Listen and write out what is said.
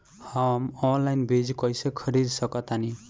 हम ऑनलाइन बीज कईसे खरीद सकतानी?